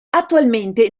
attualmente